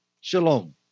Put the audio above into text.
Shalom